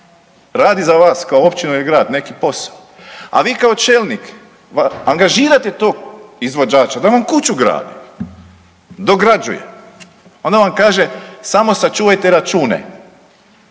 radi za vas kao općina ili grad neki posao, a vi kao čelnik angažirate tog izvođača da vam kuću gradi, dograđuje, onda vam kaže samo sačuvajte račune